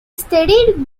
studied